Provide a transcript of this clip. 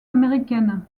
américaine